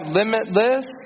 limitless